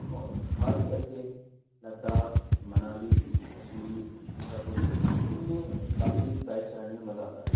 اور خاص کر کے لداخ منالی کشمیر سنگاپور ان میں کافی بائک چلانے میں مزہ آتا ہے